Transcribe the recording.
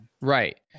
right